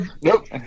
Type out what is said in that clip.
nope